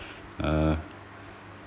uh